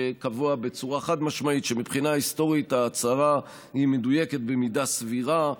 קבעו בצורה חד-משמעית שמבחינה היסטורית ההצהרה מדויקת במידה סבירה.